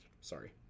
Sorry